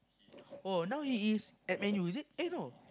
oh now he is at Man-U is it eh no